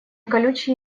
колючий